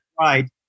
Right